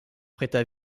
prêta